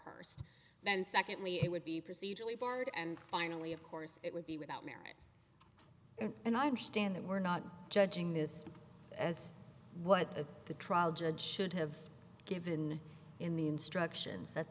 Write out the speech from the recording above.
hearst then secondly it would be procedurally barred and finally of course it would be without merit and i'm standing we're not judging this as what the trial judge should have given in the instructions that